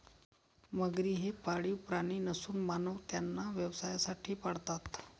मगरी हे पाळीव प्राणी नसून मानव त्यांना व्यवसायासाठी पाळतात